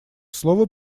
слово